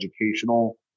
educational